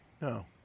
No